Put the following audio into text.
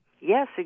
Yes